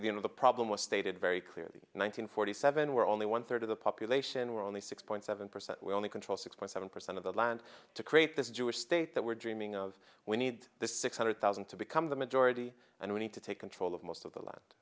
you know the problem was stated very clearly one hundred forty seven were only one third of the population were only six point seven percent we only control six point seven percent of the land to create this jewish state that we're dreaming of we need the six hundred thousand to become the majority and we need to take control of most of the land